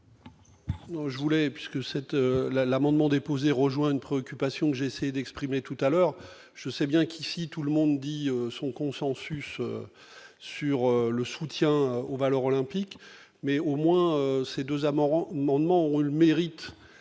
je voulais puisque cette l'amendement déposé rejoint une préoccupation que j'essaie d'exprimer tout à l'heure, je sais bien qu'ici tout le monde dit son consensus sur le soutien aux valeurs olympiques. Mais au moins ces 2 amants rend Mandement ont eu le mérite